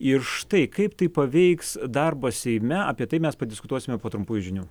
ir štai kaip tai paveiks darbą seime apie tai mes padiskutuosime po trumpųjų žinių